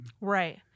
Right